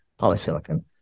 polysilicon